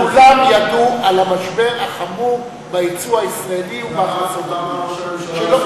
כולם ידעו על המשבר החמור ביצוא הישראלי ובהכנסות המדינה.